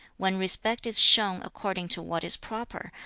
when respect is shown according to what is proper,